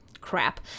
crap